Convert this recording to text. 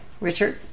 Richard